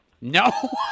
No